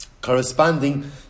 corresponding